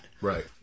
Right